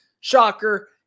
shocker